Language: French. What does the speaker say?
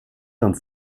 comme